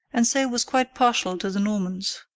and so was quite partial to the normans.